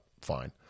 fine